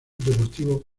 deportivo